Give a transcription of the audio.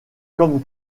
comme